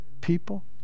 people